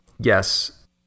yes